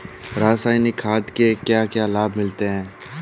रसायनिक खाद के क्या क्या लाभ मिलते हैं?